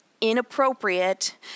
inappropriate